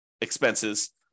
expenses